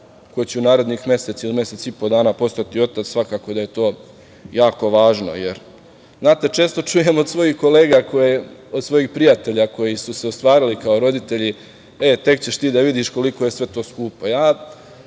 ko će u narednih mesec ili mesec i po dana postati otac svakako da je to jako važno. Znate, često čujem od svojih prijatelja, koji su se ostvarili kao roditelji – e, tek ćeš ti da vidiš koliko je sve to skupo. Ja